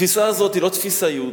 התפיסה הזאת היא לא תפיסה יהודית.